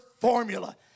formula